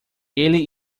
ele